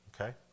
Okay